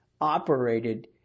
operated